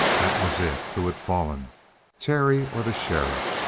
that was it. who had fallen terry, or the sheriff?